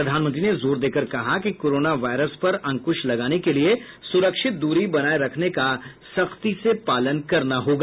प्रधानमत्री ने जोर देकर कहा कि कोरोना वायरस पर अंकुश लगाने के लिए सुरक्षित दूरी बनाए रखने का सख्ती से पालन करना होगा